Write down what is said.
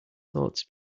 thoughts